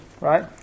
right